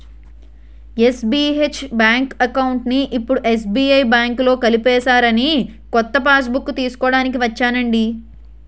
SBH bank అకౌంట్ని ఇప్పుడు SBI బాంకులో కలిపేసారని కొత్త పాస్బుక్కు తీస్కోడానికి ఒచ్చానండి